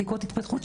בדיקות התפתחות,